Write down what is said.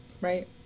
right